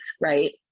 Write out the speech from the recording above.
right